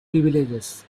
privilege